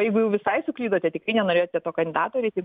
jeigu jau visai suklydote tikrai nenorėjote to kandidato